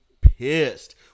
pissed